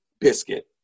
biscuit